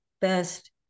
best